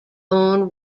own